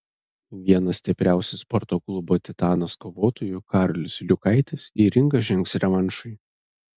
vienas stipriausių sporto klubo titanas kovotojų karolis liukaitis į ringą žengs revanšui